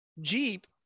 Jeep